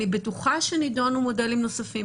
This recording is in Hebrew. אני בטוחה שנידונו מודלים נוספים,